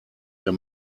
der